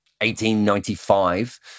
1895